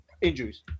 injuries